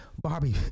Barbie